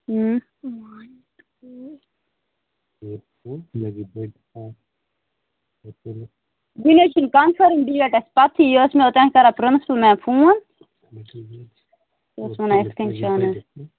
بیٚیہِ نہَ حظ چھُ نہٕ کٔنفٲرٕم ڈیٹ اَسہِ پتہٕ ہٕے یہِ ٲس مےٚ اوتام کران پرٛنٕسپُل میم فون سۄ ٲس ونان یِتھٕ کٕنۍ